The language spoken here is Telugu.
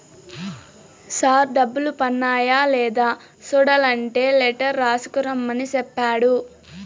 సార్ డబ్బులు పన్నాయ లేదా సూడలంటే లెటర్ రాసుకు రమ్మని సెప్పాడు